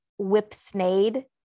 Whipsnade